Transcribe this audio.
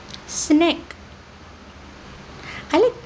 snack I like